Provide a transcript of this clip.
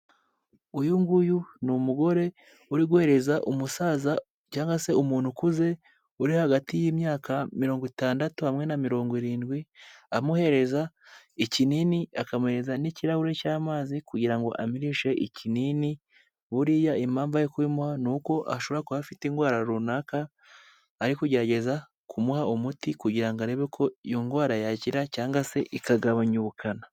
Uyu nguyu ni umugore uri guhereza umusaza cyangwa se umuntu ukuze uri hagati y'imyaka mirongo itandatu hamwe na mirongo irindwi amuhereza ikinini, akamuhereza n'kirahuri cy'amazi kugira ngo amirishe ikinini, buriya impamvu ari kubimuha ni uko ashobora kuba afite indwara runaka ari kugerageza kumuha umuti kugira arebe ko iyo ndwara yakira cyangwa se ikagabanya ubukana.